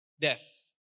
death